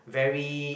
very